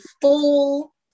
full